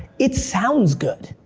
it sounds good.